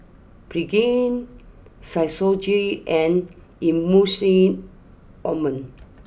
Pregain Physiogel and Emulsying Ointment